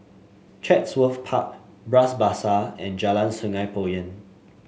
Chatsworth Park Bras Basah and Jalan Sungei Poyan